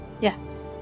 Yes